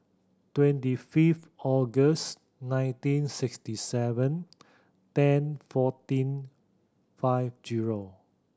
twenty fifth August nineteen sixty seven ten fourteen five zero